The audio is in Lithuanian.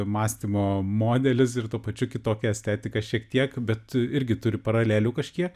mąstymo modelis ir tuo pačiu kitokia estetika šiek tiek bet irgi turi paralelių kažkiek